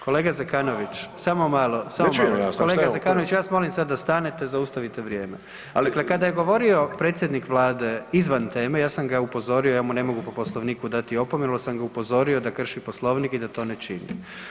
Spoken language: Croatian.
Kolega Zekanović, samo malo. ... [[Upadica: Ne čujem ja vas.]] Samo malo, [[Upadica: Što je ovo?]] Kolega Zekanović, ja vas molim sad da stanete, zaustavite vrijeme [[Upadica: Ali…]] Kada je govorio predsjednik Vlade izvan teme, ja sam ga upozorio, ja mu ne mogu po Poslovniku dati opomenu, ali sam ga upozorio da krši Poslovnik i da to ne čini.